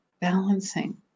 balancing